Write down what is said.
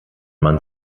man